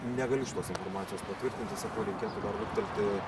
negaliu šitos informacijos patvirtinti sakau reikėtų dar luktelti